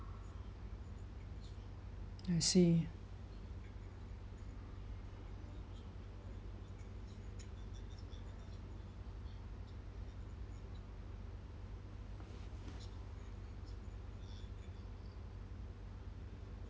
I see